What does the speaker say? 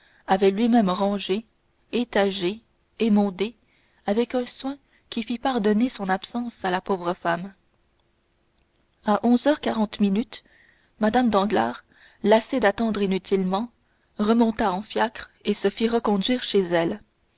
avait lui-même rangées étagées émondées avec un soin qui fit pardonner son absence à la pauvre femme à onze heures quarante minutes mme danglars lassée d'attendre inutilement remonta en fiacre et se fit reconduire chez elle